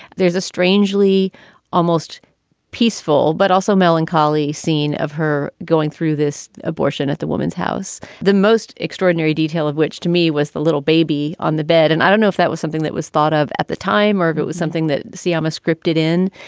there's a strangely almost peaceful but also melancholy scene of her going through this abortion at the woman's house. the most extraordinary detail of which to me was the little baby on the bed. and i don't know if that was something that was thought of at the time or it was something that seemed um ah scripted in.